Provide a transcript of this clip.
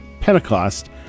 Pentecost